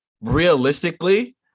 realistically